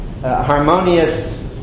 harmonious